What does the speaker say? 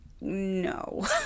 no